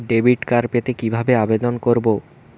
Debit card পেতে কিভাবে আবেদন করব?